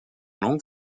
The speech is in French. langue